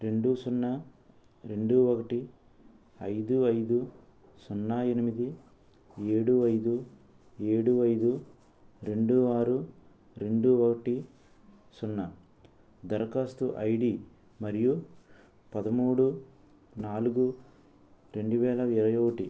రెండు సున్నా రెండు ఒకటి ఐదు ఐదు సున్నా ఎనిమిది ఏడు ఐదు ఏడు ఐదు రెండు ఆరు రెండు ఒకటి సున్నా దరఖాస్తు ఐడి మరియు పదమూడు నాలుగు రెండు వేల ఇరవై ఒకటి